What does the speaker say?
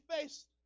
faced